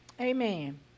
Amen